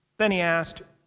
then he asked,